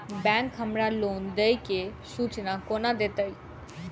Bank हमरा loan देय केँ सूचना कोना देतय?